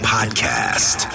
Podcast